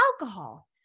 alcohol